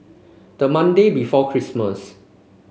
the Monday before Christmas